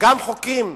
גם חוקים,